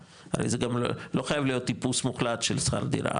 הרי זה גם לא חייב להיות טיפוס מוחלט של שכר דירה,